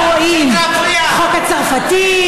תפסיק להפריע,